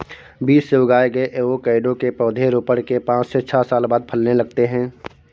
बीज से उगाए गए एवोकैडो के पौधे रोपण के पांच से छह साल बाद फलने लगते हैं